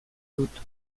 dut